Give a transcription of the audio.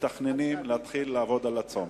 מתכננים להתחיל לעבוד על הצומת.